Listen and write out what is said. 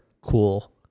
cool